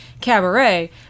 Cabaret